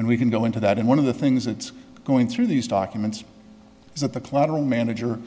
and we can go into that in one of the things it's going through these documents is that the collateral manager